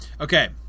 Okay